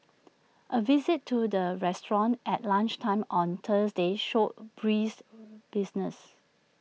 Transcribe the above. A visit to the restaurant at lunchtime on Thursday showed brisk business